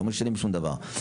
לא משנים שום דבר.